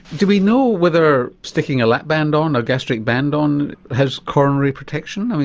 do we know whether sticking a lap band on or gastric band on has coronary protection?